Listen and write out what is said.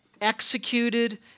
executed